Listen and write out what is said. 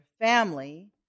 family